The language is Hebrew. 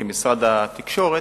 כמשרד התקשורת,